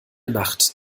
nacht